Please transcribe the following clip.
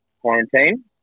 quarantine